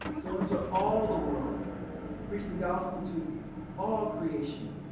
go into all the world and preach the gospel to all creation.